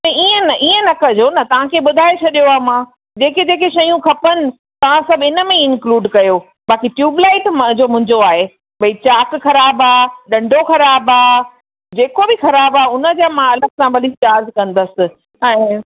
त इयं न इयं न कजो न तव्हांखे ॿुधाए छॾियो आए मां जेके जेके शयूं खपनि तव्हां सभु हिन में ई इन्क्लूड कयो बाक़ी ट्यूब्लाइट जो मुंहिंजो आहे की चाक ख़राबु आहे ॾंढो ख़राबु आहे जेको बि ख़राबु आहे हुन जो मां अलॻि सां वरी चार्ज कंदसि ऐं